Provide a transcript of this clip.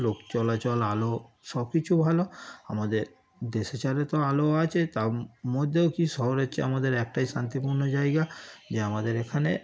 লোক চলাচল আলো সব কিছু ভালো আমাদের দেশেচারে তো আলো আছে তার মধ্যেও কি শহর হচ্ছে আমাদের একটাই শান্তিপূর্ণ জায়গা যে আমাদের এখানে